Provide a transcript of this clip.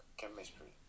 chemistry